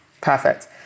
Perfect